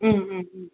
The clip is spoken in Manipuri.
ꯎꯝ ꯎꯝ ꯎꯝ